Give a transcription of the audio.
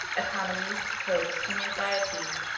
economies, hopes, and anxieties.